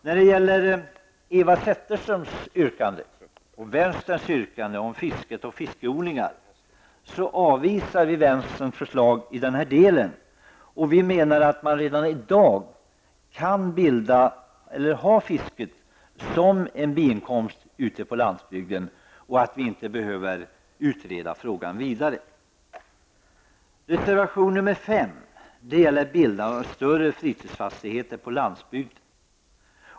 När det gäller Eva Zetterberg och vänsterns yrkande fisket och fiskeodlingar avvisar utskottet vänsterns förslag i denna del. Vi menar att man redan i dag kan ha fisket som en biinkomst ute på landsbygden och att vi inte behöver utreda frågan vidare. Reservation nr 5 gäller bildande av större fritidsfastigheter på landsbygden.